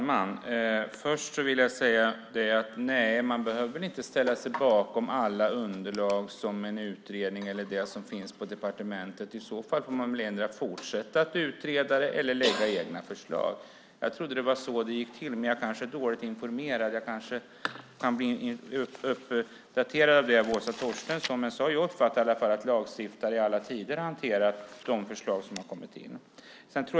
Herr talman! Nej, man behöver inte ställa sig bakom alla underlag från en utredning eller det som finns på departementet. Om man inte gör det får man antingen fortsätta att utreda eller lägga fram egna förslag. Jag trodde att det var så det gick till. Men jag kanske är dåligt informerad. Jag kanske kan bli uppdaterad om det av Åsa Torstensson. Men jag har i alla fall uppfattat att lagstiftare i alla tider har hanterat lagförslag som har kommit in på det sättet.